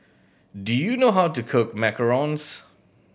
do you know how to cook macarons